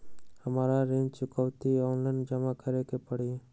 हमरा ऋण चुकौती ऑनलाइन जमा करे के परी?